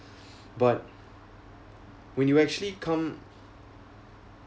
but when you actually come